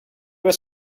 were